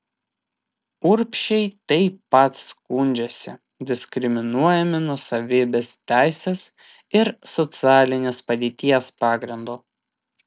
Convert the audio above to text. urbšiai taip pat skundžiasi diskriminuojami nuosavybės teisės ir socialinės padėties pagrindu